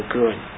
good